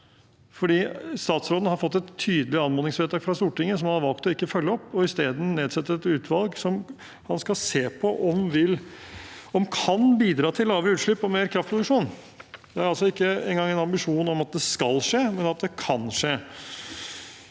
Han har fått et tydelig anmodningsvedtak fra Stortinget som han har valgt ikke å følge opp, men isteden nedsatt et utvalg han skal se på om kan bidra til lavere utslipp og mer kraftproduksjon. Det er altså ikke engang en ambisjon om at det skal skje, men at det kan skje.